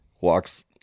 walks